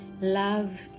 love